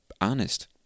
honest